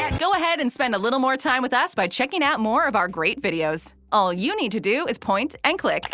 yeah go ahead and spend little more time with us by checking out more of our great videos. all you need to do is point and click.